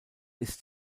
ist